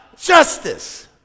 Justice